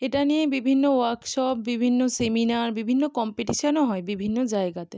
এটা নিয়েই বিভিন্ন ওয়ার্কশপ বিভিন্ন সেমিনার বিভিন্ন কম্পিটিশানও হয় বিভিন্ন জায়গাতে